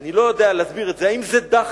אני לא יודע להסביר את זה, אם זה דחף,